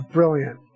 Brilliant